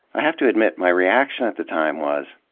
i have to admit, my reaction at the time was,